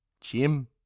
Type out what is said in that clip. Jim